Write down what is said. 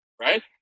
right